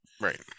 Right